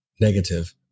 negative